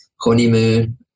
honeymoon